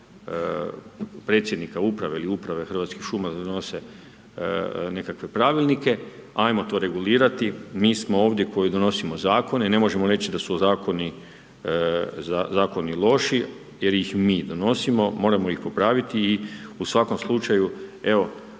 predsjednika uprave ili uprave Hrvatskih šuma da donose nekakve pravilnike. Hajmo to regulirati. Mi smo ovdje koji donosimo zakone i ne možemo reći da su zakoni loši jer ih mi donosimo, moramo ih popraviti i u svakom slučaju evo